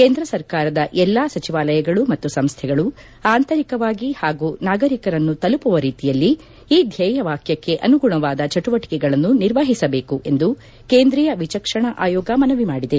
ಕೇಂದ್ರ ಸರ್ಕಾರದ ಎಲ್ಲಾ ಸಚಿವಾಲಯಗಳು ಮತ್ತು ಸಂಸ್ವೆಗಳು ಆಂತರಿಕವಾಗಿ ಹಾಗೂ ನಾಗರಿಕರನ್ನು ತಲುಪುವ ರೀತಿಯಲ್ಲಿ ಈ ಧ್ವೇಯವಾಕ್ಯಕ್ಕೆ ಅನುಗುಣವಾದ ಚಟುವಟಿಕೆಗಳನ್ನು ನಿರ್ವಹಿಸಬೇಕು ಎಂದು ಕೇಂದ್ರೀಯ ವಿಚಕ್ಷಣಾ ಆಯೋಗ ಮನವಿ ಮಾಡಿದೆ